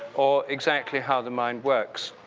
or exactly how the mind works.